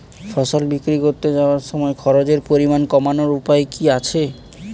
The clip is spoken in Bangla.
ফসল বিক্রি করতে যাওয়ার সময় খরচের পরিমাণ কমানোর উপায় কি কি আছে?